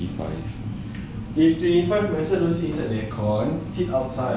if twenty five might as well don't sit inside the aircon sit outside tapi